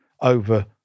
over